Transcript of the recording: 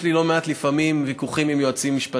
יש לי לפעמים לא מעט ויכוחים עם יועצים משפטיים,